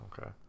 Okay